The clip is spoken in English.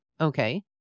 okay